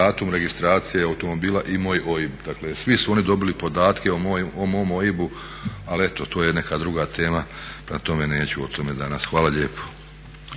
datum registracije automobila i moj OIB. Dakle svi su oni dobili podatke o mom OIB-u, ali eto to je neka druga tema, prema tome neću o tome danas. Hvala lijepo.